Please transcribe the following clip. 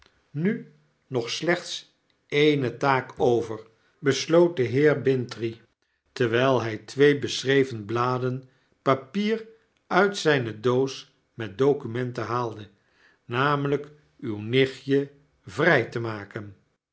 nu nog slechts de contkacten eene taak over besloot de heer bintrey terwyl hjj twee beschreven bladen papier uit zgne doos met documenten haalde namelijk uw nichtje vrij te maken